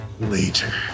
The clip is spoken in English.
later